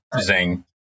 zing